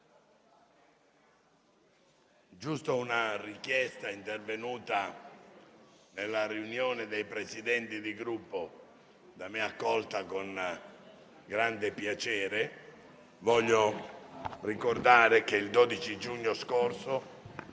di una richiesta intervenuta nella riunione dei Presidenti di Gruppo, da me accolta con grande piacere, voglio ricordare che il 12 giugno scorso